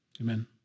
amen